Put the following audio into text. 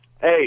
hey